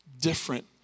different